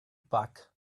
back